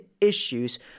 issues